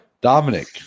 Dominic